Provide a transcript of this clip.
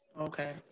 Okay